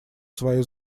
свое